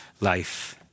life